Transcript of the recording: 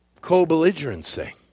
Co-belligerency